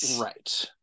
Right